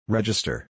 Register